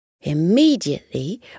Immediately